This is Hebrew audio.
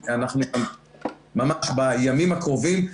ממש בימים הקרובים,